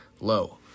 Low